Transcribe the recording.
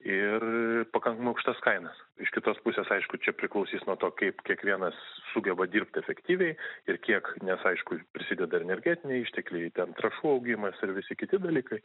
ir pakankamai aukštas kainas iš kitos pusės aišku čia priklausys nuo to kaip kiekvienas sugeba dirbti efektyviai ir kiek nes aišku prisideda ir energetiniai ištekliai ten trąšų augimas ir visi kiti dalykai